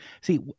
See